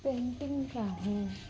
painting ਰਾਹੀਂ